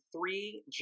three